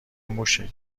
موشه